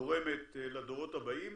תורמות לדורות הבאים.